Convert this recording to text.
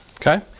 Okay